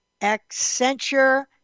Accenture